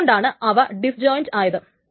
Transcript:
അതുകൊണ്ടാണ് അവ ഡിസ്ജോയിൻറ് ആയത്